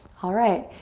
alright,